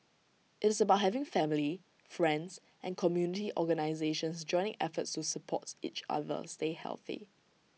IT is about having family friends and community organisations joining efforts to supports each other stay healthy